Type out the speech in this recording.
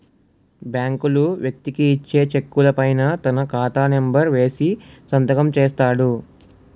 బ్యాంకులు వ్యక్తికి ఇచ్చే చెక్కుల పైన తన ఖాతా నెంబర్ వేసి సంతకం చేస్తాడు